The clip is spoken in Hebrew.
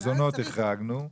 מזונות החרגנו.